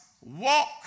walk